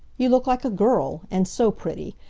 you look like a girl! and so pretty!